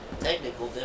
technical